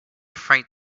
freight